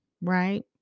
Right